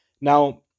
Now